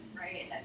right